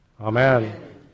Amen